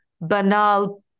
banal